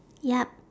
yup